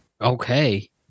Okay